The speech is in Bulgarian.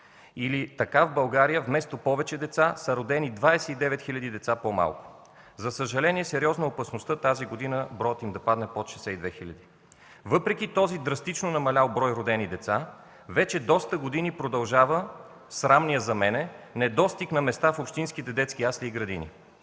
Така в България, вместо повече деца, са родени 29 000 деца по-малко. За съжаление, сериозна е опасността тази година броят им да падне под 62 000. Въпреки този драстично намалял брой родени деца, вече доста години продължава срамният за мен недостиг на места в общинските детски ясли и градини,